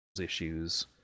issues